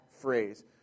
phrase